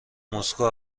مسکو